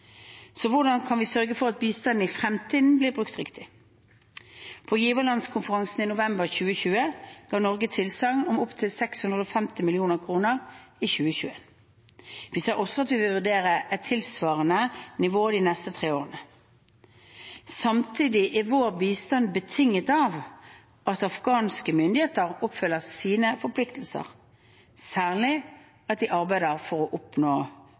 så hvordan kan vi sørge for at bistanden i fremtiden blir brukt riktig? På giverlandskonferansen i november 2020 ga Norge tilsagn om opptil 650 mill. kr i 2021. Vi sa også at vi vil vurdere et tilsvarende nivå de neste tre årene. Samtidig er vår bistand betinget av at afghanske myndigheter oppfyller sine forpliktelser, særlig at de arbeider for å